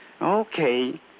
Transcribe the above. Okay